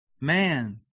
Man